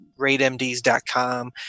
rateMDs.com